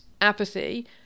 apathy